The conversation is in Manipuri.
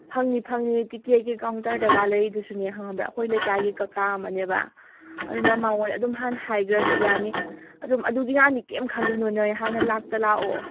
ꯐꯪꯅꯤ ꯐꯪꯅꯤ ꯇꯤꯀꯦꯠꯀꯤ ꯀꯥꯎꯟꯇ꯭꯭ꯔꯗꯒ ꯂꯩꯔꯤꯗꯨꯁꯨꯅꯦ ꯈꯪꯉꯕ꯭ꯔꯥ ꯑꯩꯈꯣꯏ ꯂꯩꯀꯥꯏꯒꯤ ꯀꯀꯥ ꯑꯃꯥꯅꯦꯕ ꯑꯗꯨꯅ ꯃꯉꯣꯟꯗ ꯑꯗꯨꯝ ꯍꯥꯟꯅ ꯍꯥꯏꯒꯈ꯭ꯔꯁꯨ ꯌꯥꯅꯤ ꯑꯗꯨꯝ ꯑꯗꯨꯒꯤ ꯌꯥꯅꯤ ꯀꯔꯤꯝ ꯈꯜꯂꯨꯅꯨ ꯅꯣꯏ ꯍꯥꯟꯅ ꯂꯥꯛꯇ ꯂꯥꯛꯑꯣ